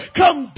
come